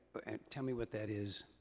tell me what that is,